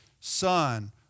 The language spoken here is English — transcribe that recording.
Son